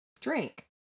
Drink